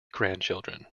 grandchildren